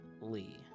lee